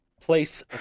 place